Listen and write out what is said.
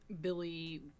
Billy